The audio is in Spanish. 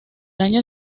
año